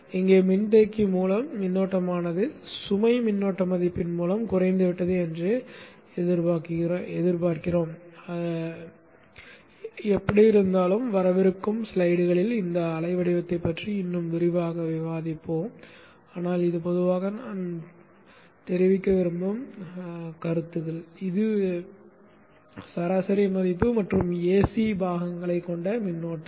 இங்கே மின்தேக்கி மூலம் மின்னோட்டமானது சுமை மின்னோட்ட மதிப்பின் மூலம் குறைந்துவிட்டது என்று எதிர்பார்க்கிறோம் எப்படியிருந்தாலும் வரவிருக்கும் ஸ்லைடுகளில் இந்த அலை வடிவத்தைப் பற்றி இன்னும் விரிவாக விவாதிப்போம் ஆனால் இது பொதுவாக நான் தெரிவிக்க விரும்பும் யோசனை இது சராசரி மதிப்பு மற்றும் ஏசி கூறுகளைக் கொண்ட மின்னோட்டம்